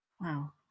Wow